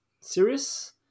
serious